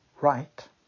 right